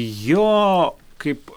jo kaip